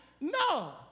No